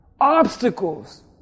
obstacles